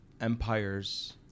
empires